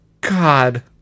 God